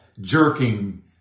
jerking